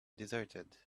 deserted